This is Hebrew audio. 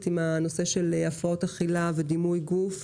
עם נושא הפרעות אכילה ודימוי גוף.